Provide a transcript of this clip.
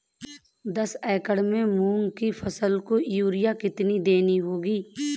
दस एकड़ में मूंग की फसल को यूरिया कितनी देनी होगी?